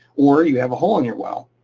or you have a hole in your well.